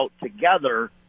together